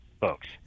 folks